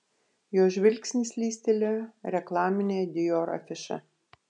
jo žvilgsnis slystelėjo reklamine dior afiša